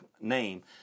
name